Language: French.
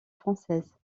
françaises